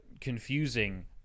confusing